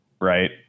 right